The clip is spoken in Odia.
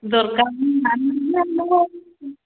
ଦରକାର ହେଲେ